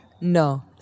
No